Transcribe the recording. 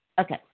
Okay